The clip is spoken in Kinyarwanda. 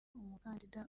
umukandida